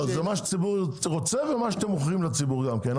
זה מה שהציבור רוצה ומה שאתם מוכרים לציבור גם כן.